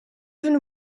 been